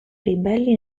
ribelli